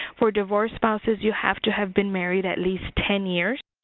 for divorced spouses you have to have been married at least ten years,